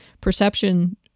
perception